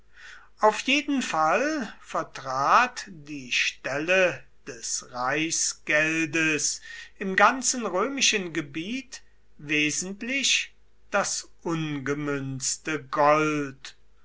auf jeden fall vertrat die stelle des reichsgeldes im ganzen römischen gebiet wesentlich das ungemünzte gold